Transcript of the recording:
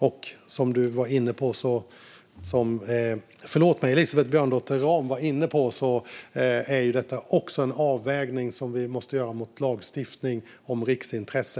Precis som Elisabeth Björnsdotter Rahm var inne på måste vi också göra en avvägning mot lagstiftningen om riksintresse.